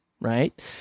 right